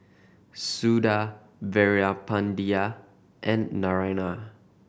Suda Veerapandiya and Naraina